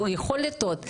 וכאן בן אדם יכול לטעות.